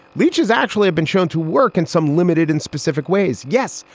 leeches actually have been shown to work in some limited and specific ways. yes,